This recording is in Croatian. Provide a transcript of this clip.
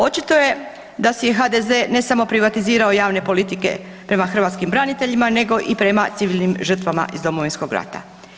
Očito je da si je HDZ ne samo privatizirao javne politike prema hrvatskim braniteljima, nego i prema civilnim žrtvama iz Domovinskog rata.